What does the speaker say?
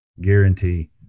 guarantee